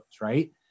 right